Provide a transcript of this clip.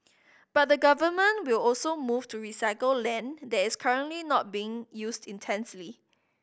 but the Government will also move to recycle land that is currently not being used intensely